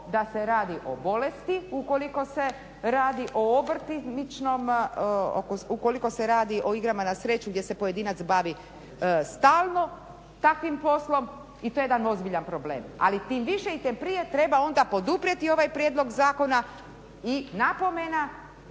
sviđa ovo što ste rekli da se radi o bolesti ukoliko se radi o igrama na sreću gdje se pojedinac bavi stalno takvim poslom i to je jedan ozbiljan problem, ali tim više i tim prije treba onda poduprijeti ovaj prijedlog zakona i napomena